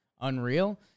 unreal